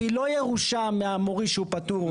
והיא לא ירושה מהמוריש שהוא פטור,